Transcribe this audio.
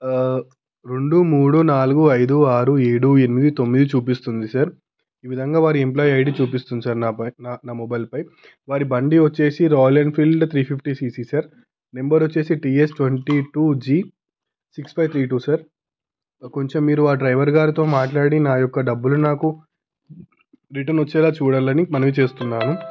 రెండు మూడు నాలుగు ఐదు ఆరు ఏడు ఎనిమిది తొమ్మిది చూపిస్తుంది సర్ ఈ విధంగా వారి ఎంప్లాయ్ ఐడి చూపిస్తుంది సర్ నా మొబైల్పై వారి బండి వచ్చేసి Royal Enfield three fifty CC sir number వచ్చేసి TS twenty two G six five three two sir కొంచెం మీరు ఆ డ్రైవర్ గారితో మాట్లాడి నాయొక్క డబ్బులు నాకు రిటర్న్ వచ్చేలా చూడాలని మనవి చేస్తున్నాను